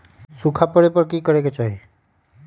सूखा पड़े पर की करे के चाहि